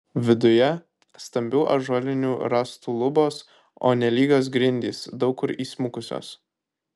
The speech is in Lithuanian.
viduje stambių ąžuolinių rąstų lubos o nelygios grindys daug kur įsmukusios